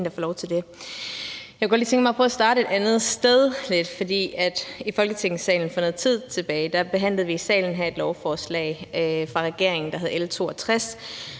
Jeg kunne godt tænke mig at starte et andet sted. For noget tid tilbage behandlede vi i Folketingssalen et lovforslag fra regeringen, der hed L 62,